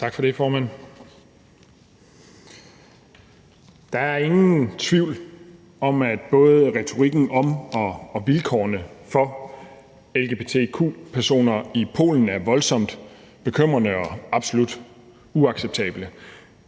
Der er ingen tvivl om, at både retorikken om og vilkårene for lgbtq-personer i Polen er voldsomt bekymrende, og at det er absolut uacceptabelt.